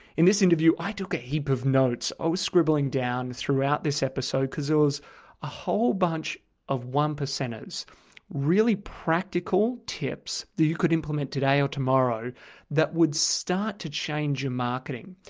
in this interview, i took a heap of notes. i was scribbling down throughout this episode because it was a whole bunch of one-percenters really practical tips that you could implement today or tomorrow that would start to change your marketing.